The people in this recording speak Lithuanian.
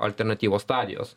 alternatyvos stadijos